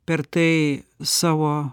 per tai savo